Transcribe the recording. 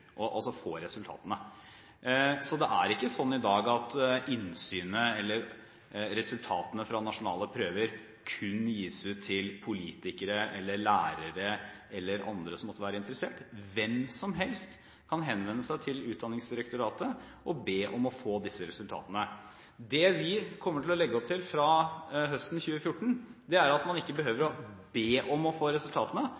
resultatene. Det er ikke slik i dag at resultatene fra de nasjonale prøvene kun gis ut til politikere, lærere eller andre som måtte være interessert. Hvem som helst kan henvende seg til Utdanningsdirektoratet og be om å få disse resultatene. Det vi kommer til å legge opp til fra høsten 2014, er at man ikke behøver